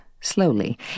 slowly